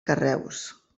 carreus